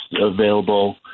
available